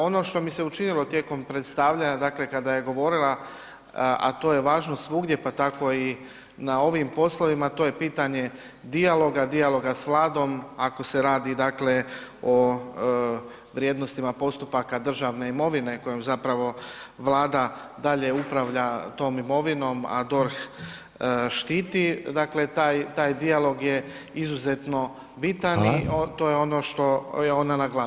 Ono što mi se učinilo tijekom predstavljanja, dakle kada je govorila, a to je važno svugdje, pa tako i na ovim poslovima, a to je pitanje dijaloga, dijaloga s Vladom, ako se radi dakle o vrijednostima postupaka državne imovine kojom zapravo Vlada dalje upravlja tom imovinom, a DORH štiti, dakle, taj dijalog je izuzetno bitan [[Upadica: Hvala.]] i to je ono što je ona naglasila.